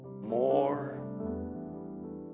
more